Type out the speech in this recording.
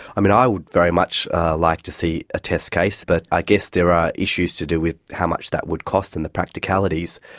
um and i would very much like to see a test case, but i guess there are issues to do with how much that would cost and the practicalities.